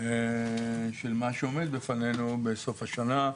של מה שעומד בפנינו בסוף השנה.